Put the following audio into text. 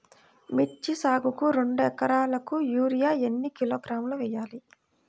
మిర్చి సాగుకు రెండు ఏకరాలకు యూరియా ఏన్ని కిలోగ్రాములు వేయాలి?